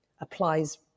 applies